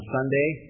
Sunday